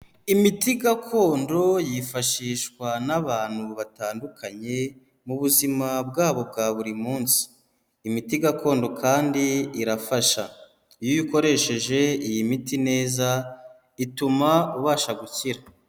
Imiti gakondo yifashishwa n'abantu batandukanye mu buzima bwabo bwa buri munsi, imiti gakondo kandi irafasha, iyo ukoresheje iyi miti neza ituma ubasha gukira.